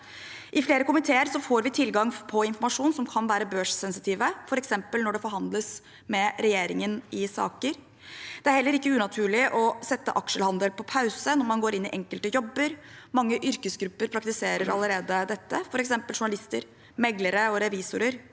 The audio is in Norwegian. I flere komiteer får vi tilgang på informasjon som kan være børssensitiv, f.eks. når det forhandles med regjeringen i saker. Det er heller ikke unaturlig å sette aksjehandel på pause når man går inn i enkelte jobber. Mange yrkesgrupper praktiserer allerede dette, f.eks. journalister, meglere og revisorer.